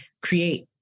create